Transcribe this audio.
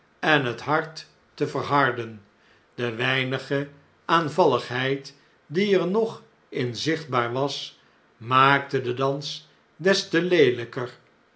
en het hart te verharden de weinige aanvalligheid die er nog in zichtbaar was maakte den dans des te leeljjker